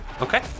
Okay